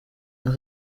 nta